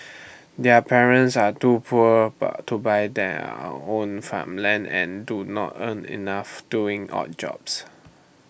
their parents are too poor but to buy their own farmland and do not earn enough doing odd jobs